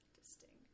Distinct